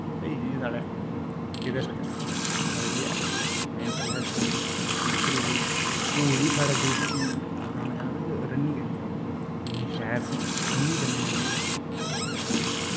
स्हेई चीज ऐ साढ़ै एह्दे आस्तै मैंटल हैल्थ फिजिकल होर बी साढ़े दोस्तें गी सनाना चाह्न्ना कि भाई रनिंग करने गी आओ केइयें गी फैटस रनिंग करने कन्नै